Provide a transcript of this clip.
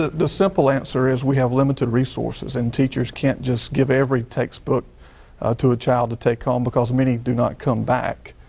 the simple answer is we have limited resources and teachers can't just give every textbook to a child to bring home because many do not come back.